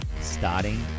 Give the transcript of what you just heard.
starting